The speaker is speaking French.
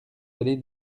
allée